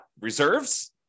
reserves